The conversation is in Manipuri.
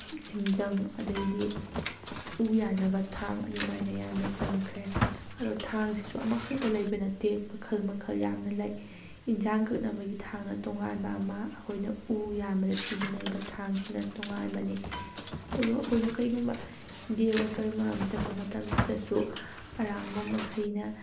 ꯁꯤꯡꯖꯪ ꯑꯗꯩꯗꯤ ꯎ ꯌꯥꯟꯅꯕ ꯊꯥꯡ ꯑꯗꯨꯃꯥꯏꯅ ꯌꯥꯝꯅ ꯆꯪꯈ꯭ꯔꯦ ꯑꯗꯣ ꯊꯥꯡꯁꯤꯁꯨ ꯑꯃꯈꯛꯇ ꯂꯩꯕ ꯅꯠꯇꯦ ꯃꯈꯜ ꯃꯈꯜ ꯌꯥꯝꯅ ꯂꯩ ꯑꯦꯟꯁꯥꯡ ꯀꯛꯅꯕꯒꯤ ꯊꯥꯡꯅ ꯇꯣꯉꯥꯟꯕ ꯑꯃ ꯑꯩꯈꯣꯏꯅ ꯎ ꯌꯥꯟꯕꯗ ꯁꯤꯖꯤꯟꯅꯔꯤꯕ ꯊꯥꯡꯁꯤꯅ ꯇꯣꯉꯥꯟꯕꯅꯤ ꯑꯗꯣ ꯑꯩꯈꯣꯏꯅ ꯀꯔꯤꯒꯨꯝꯕ ꯗꯦꯕ ꯀꯔꯃ ꯑꯃ ꯆꯠꯄ ꯃꯇꯝꯁꯤꯗꯁꯨ ꯑꯔꯥꯡꯐꯝ ꯃꯈꯩꯅ